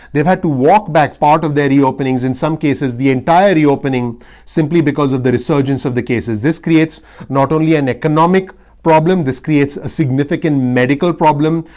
they've had to walk back part of their reopenings, in some cases the entire reopening simply because of the resurgence of the cases. this creates not only an economic problem, this creates a significant medical problem,